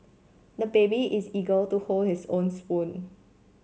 the baby is eager to hold his own spoon